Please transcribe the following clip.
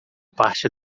parte